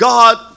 God